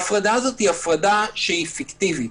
היא פיקטיבית,